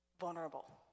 vulnerable